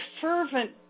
fervent